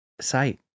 sight